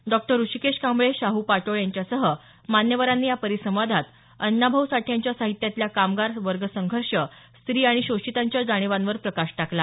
doctor Rishikesh Kamble Shahu Patole यांच्यासह मान्यवरांनी या परिसंवादात अण्णाभाऊ साठे यांच्या साहित्यातल्या कामगार वर्गसंघर्ष स्त्री आणि शोषितांच्या जाणीवांवर प्रकाश टाकला